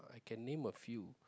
can name a few